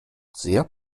sehr